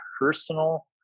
personal